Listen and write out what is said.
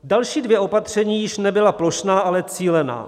Další dvě opatření již nebyla plošná, ale cílená.